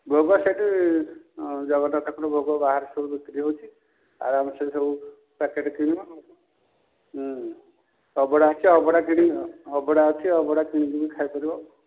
ଭୋଗ ସେଇଠି ଜଗନ୍ନାଥଙ୍କ ଭୋଗ ବାହାରେ ସବୁ ବିକ୍ରି ହେଉଛି ଅରାମ୍ସେ ସବୁ ପ୍ୟାକେଟ୍ କିଣିବ ଅଭଡ଼ା ଅଛି ଅଭଡ଼ା କିଣି ଅଭଡ଼ା ଅଛି ଅଭଡ଼ା କିଣିକି ବି ଖାଇ ପାରିବ